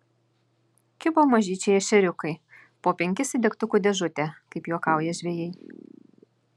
kibo mažyčiai ešeriukai po penkis į degtukų dėžutę kaip juokauja žvejai